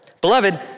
Beloved